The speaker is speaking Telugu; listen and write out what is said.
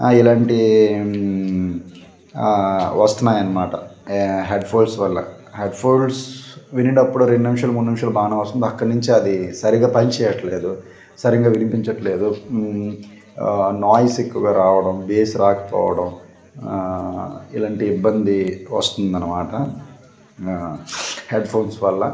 ఇలాంటి వస్తున్నాయి అనమాట హెడ్ ఫోన్స్ వల్ల హెడ్ ఫోన్స్ వినేటప్పుడు రెండు నిమిషాలు మూడు నిమిషాలు బాగానే వస్తుంది అక్కడి నుంచి అది సరిగ్గా పని చేయట్లేదు సరింగా వినిపించట్లేదు నాయిస్ ఎక్కువగా రావడం బేస్ రాకపోవడం ఇలాంటి ఇబ్బంది వస్తుందనమాట హెడ్ ఫోన్స్ వల్ల